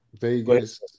vegas